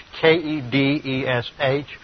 K-E-D-E-S-H